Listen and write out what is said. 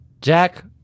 Jack